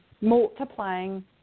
multiplying